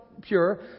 pure